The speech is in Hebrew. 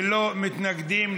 ללא מתנגדים,